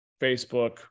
Facebook